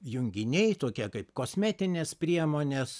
junginiai tokie kaip kosmetinės priemonės